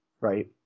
right